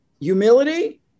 humility